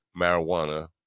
marijuana